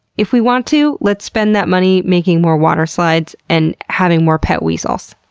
if we want to, let's spend that money making more waterslides and having more pet weasels.